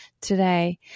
today